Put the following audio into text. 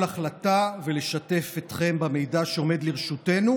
החלטה ולשתף אתכם במידע שעומד לרשותנו.